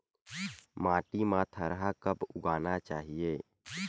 माटी मा थरहा कब उगाना चाहिए?